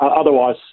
Otherwise